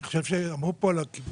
אני חושב שאמרו פה על הקיבוצים,